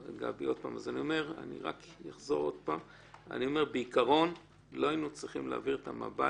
אני אחזור עוד פעם: בעיקרון לא היינו צריכים להעביר את המב"דים,